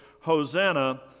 Hosanna